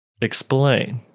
Explain